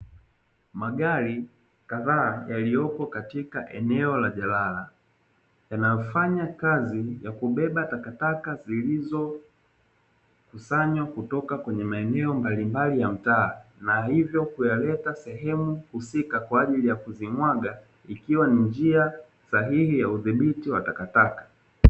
Magari kadhaa yaliyopo katika eneo la jalala, yanafanya kazi ya kubeba takataka zilizokusanywa kutoka kwenye maeneo mbalimbali ya mtaa, na hivyo kuyaleta sehemu husika kwa ajili ya kuzimwaga, ikiwa ni njia sahihi ya udhibiti wa takataka.